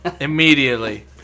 immediately